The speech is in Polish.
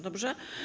Dobrze?